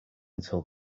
until